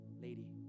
lady